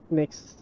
next